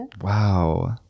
wow